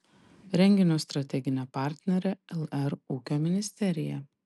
renginio strateginė partnerė lr ūkio ministerija